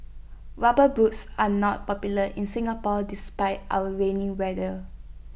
rubber boots are not popular in Singapore despite our rainy weather